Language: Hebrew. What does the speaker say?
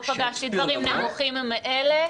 לא פגשתי דברים נמוכים מאלה,